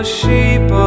sheep